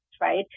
right